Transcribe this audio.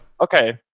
Okay